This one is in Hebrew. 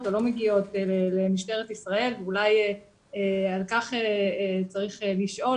או לא מגיעות למשטרת ישראל ואולי על כך צריך לשאול,